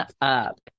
up